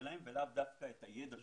שלהם ולאו דווקא את הידע שלהם.